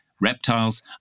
Reptiles